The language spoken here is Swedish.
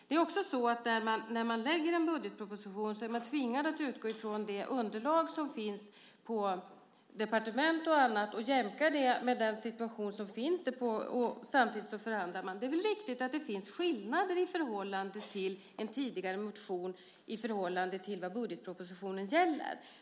Det är också så att man när man lägger en budgetproposition är tvingad att utgå från det underlag som finns på departement och annat och jämka med den situation som är. Samtidigt förhandlar man. Det är väl riktigt att det finns skillnader sett till en tidigare motion i förhållande till vad budgetpropositionen gäller.